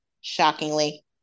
Shockingly